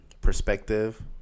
perspective